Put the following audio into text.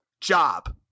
job